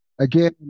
again